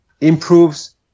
improves